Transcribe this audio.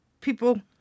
People